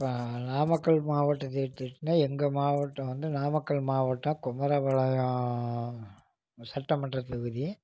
நாமக்கல் மாவட்டத்தை எடுத்துகிட்டிங்கனா எங்கள் மாவட்டம் வந்து நாமக்கல் மாவட்டம் குமரபாளையம் சட்டமன்ற தொகுதி